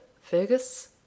Fergus